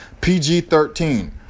PG-13